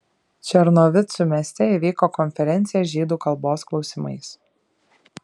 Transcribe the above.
černovicų mieste įvyko konferencija žydų kalbos klausimais